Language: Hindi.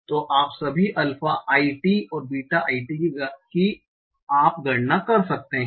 तो सभी अल्फा i t और बीटा i t की आप गणना कर सकते हैं